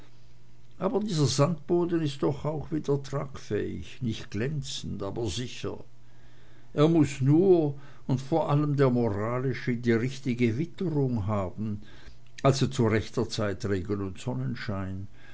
aber dieser sandboden ist doch auch wieder tragfähig nicht glänzend aber sicher er muß nur und vor allem der moralische die richtige witterung haben also zu rechter zeit regen und sonnenschein